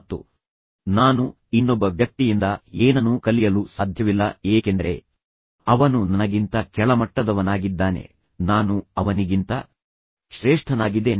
ಬಹುಶಃ ಅವನು ತುಂಬಾ ಕೆಟ್ಟ ಪ್ರದರ್ಶನ ನೀಡಿದ್ದಾನೆ ಬಹುಶಃ ಅವನು ಸ್ವಲ್ಪ ನಷ್ಟವನ್ನು ಅನುಭವಿಸುತ್ತಿದ್ದಾನೆ ಮತ್ತು ನಂತರ ಅವಳು ಅವನ ಮೇಲಿನ ವಿಶ್ವಾಸವನ್ನು ಕಳೆದು ಕೊಳ್ಳಬಾರದೆಂದು ಬಯಸುತ್ತಾನೆ